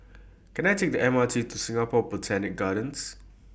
Can I Take The M R T to Singapore Botanic Gardens